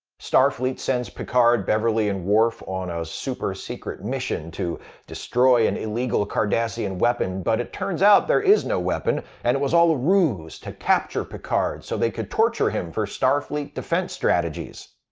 starfleet sends picard, beverly and worf on a super secret mission to destroy an and illegal cardassian weapon, but it turns out there is no weapon and it was all a ruse to capture picard so they could torture him for starfleet defense strategies.